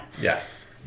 Yes